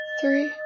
three